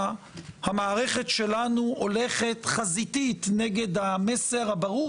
המערכת שלנו הולכת חזיתית נגד המסר הברור